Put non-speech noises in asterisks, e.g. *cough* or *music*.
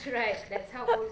*laughs*